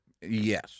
Yes